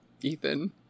Ethan